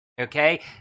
Okay